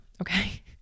Okay